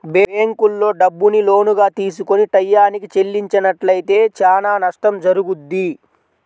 బ్యేంకుల్లో డబ్బుని లోనుగా తీసుకొని టైయ్యానికి చెల్లించనట్లయితే చానా నష్టం జరుగుద్ది